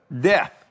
death